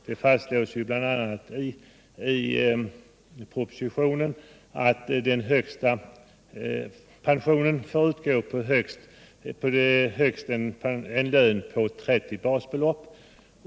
Det fastslås ju bl.a. i propositionen att högsta pensionen får utgå för en lön på 30 basbelopp.